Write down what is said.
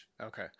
okay